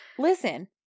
Listen